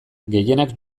gehienak